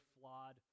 flawed